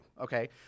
Okay